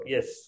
Yes